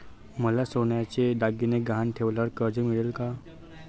मला सोन्याचे दागिने गहाण ठेवल्यावर कर्ज मिळेल का?